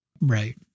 Right